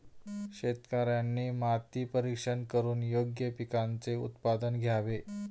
शेतकऱ्यांनी माती परीक्षण करून योग्य पिकांचे उत्पादन घ्यावे